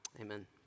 Amen